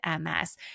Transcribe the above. MS